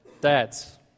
dads